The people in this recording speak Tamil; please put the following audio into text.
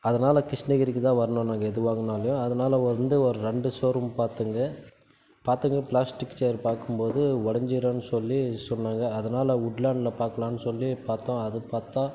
அதனால கிருஷ்ணகிரிக்கு தான் வரணும் நாங்கள் எது வாங்கினாலும் அதனால வந்து ஒரு ரெண்டு ஷோரூம் பார்த்தோங்க பார்த்தன்னா பிளாஸ்டிக் சேர் பார்க்கும்போது உடஞ்சிருன்னு சொல்லி சொன்னாங்க அதனாலே உட்லேண்ட்டில் பார்க்கலான்னு சொல்லி பார்த்தோம் அது பார்த்தா